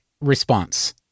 response